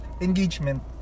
engagement